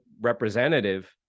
representative